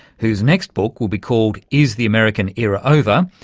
whose next book will be called is the american era over,